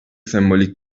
sembolik